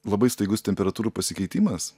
labai staigus temperatūrų pasikeitimas